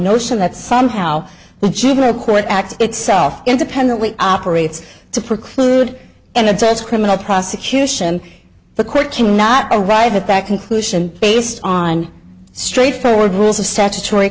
notion that somehow the juvenile court act itself independently operates to preclude and it says criminal prosecution the court cannot arrive at that conclusion based on straightforward rules of satu